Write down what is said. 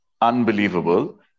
unbelievable